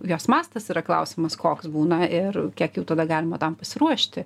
jos mastas yra klausimas koks būna ir kiek jau tada galima tam pasiruošti